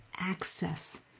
access